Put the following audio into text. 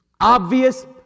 obvious